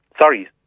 sorry